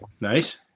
Nice